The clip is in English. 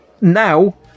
now